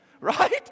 right